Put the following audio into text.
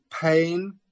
pain